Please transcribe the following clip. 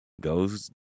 goes